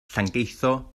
llangeitho